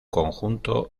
conjunto